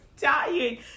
dying